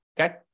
Okay